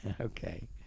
okay